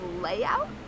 layout